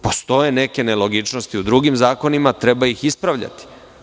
Postoje neke nelogičnosti u drugim zakonima i treba ih ispravljati.